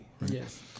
Yes